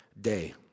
day